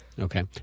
Okay